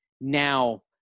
Now